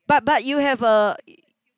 but but you have a